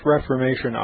Reformation